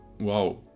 wow